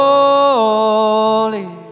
Holy